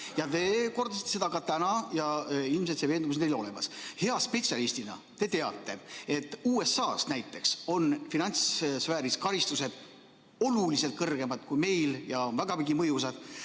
Te kordasite seda ka täna ja ilmselt see veendumus on teil olemas. Hea spetsialistina te teate, et USA-s näiteks on finantssfääris karistused oluliselt kõrgemad kui meil ja on vägagi mõjusad.